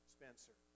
Spencer